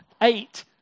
eight